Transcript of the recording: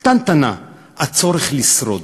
קטנטנה הצורך לשרוד,